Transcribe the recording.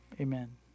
amen